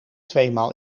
tweemaal